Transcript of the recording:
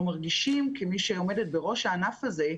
כמי שעומדת בראש הענף הזה,